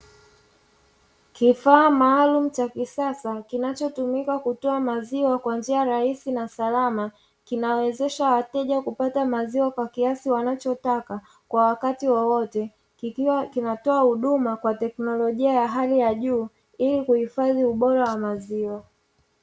Kifaa maalumu cha kisasa kinachotumika kutoa maziwa kwa njia rahisi na salama, kinawawezesha wateja kupata maziwa kwa kiasi wanachotaka, kwa wakati wowote. Kikiwa kinatoa huduma kwa teknolojia ya hali ya juu, ili kuhifadhi ubora wa maziwa.